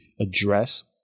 address